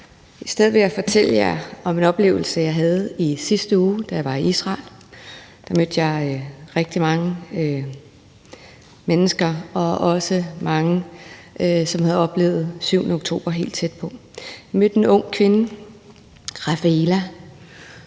I stedet vil jeg fortælle jer om en oplevelse, jeg havde i sidste uge, da jeg var i Israel. Der mødte jeg rigtig mange mennesker og også mange, som har oplevet den 7. oktober helt tæt på. Jeg mødte en ung kvinde, Rafaela,